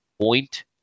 point